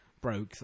broke